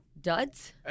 Duds